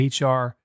HR